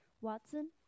Watson